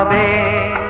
a